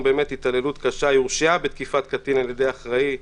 באמת התעללות קשה היא הורשעה בתקיפת קטין על ידי אחראי,